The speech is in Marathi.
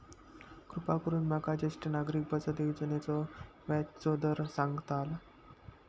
कृपा करून माका ज्येष्ठ नागरिक बचत योजनेचो व्याजचो दर सांगताल